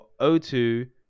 O2